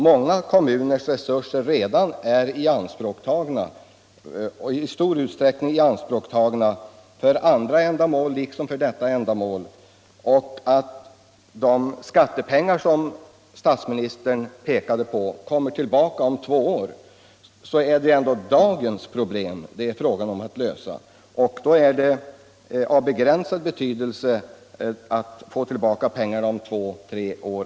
Många kommuners resurser är redan i stor utsträckning tagna i anspråk för andra ändamål liksom för dessa ändamål. De skattepengar som statsministern visade på kommer tillbaka till kommunerna först om två år. Det är ju ändå dagens problem det är fråga om att lösa. Då är det av begränsad betydelse att få tillbaka pengar om två tre år.